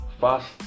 fast